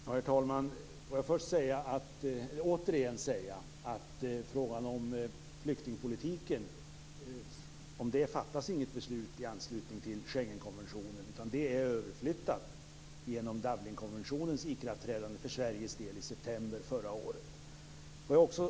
Herr talman! Låt mig först återigen säga att det inte fattas något beslut i fråga om flyktingpolitiken i anslutning till Schengenkonventionen. Det är överflyttat genom Dublinkonventionens ikraftträdande i september förra året för Sveriges del.